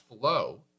flow